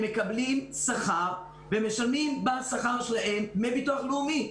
הם מקבלים שכר ומשלמים בשכר שלהם דמי ביטוח לאומי.